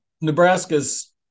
Nebraska's